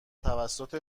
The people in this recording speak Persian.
توسط